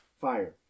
fire